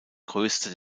größte